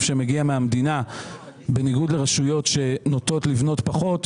שמגיע מהמדינה בניגוד לרשויות שנוטות לבנות פחות,